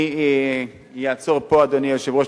אני אעצור פה, אדוני היושב-ראש.